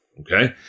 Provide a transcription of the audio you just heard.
Okay